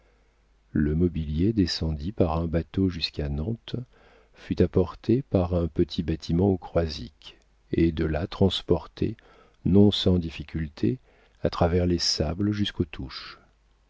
le mobilier descendit par un bateau jusqu'à nantes fut apporté par un petit bâtiment au croisic et de là transporté non sans difficulté à travers les sables jusqu'aux touches